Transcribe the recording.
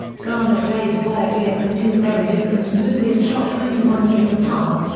garner played wyatt earp in two very different movies shot twenty one years apart,